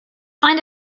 find